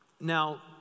Now